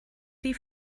die